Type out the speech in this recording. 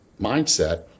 mindset